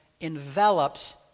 envelops